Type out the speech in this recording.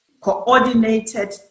coordinated